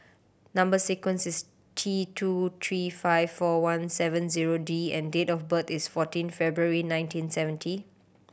number sequence is T two three five four one seven zero D and date of birth is fourteen February nineteen seventy